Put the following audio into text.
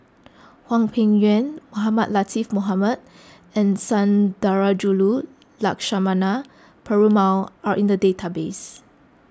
Hwang Peng Yuan Mohamed Latiff Mohamed and Sundarajulu Lakshmana Perumal are in the database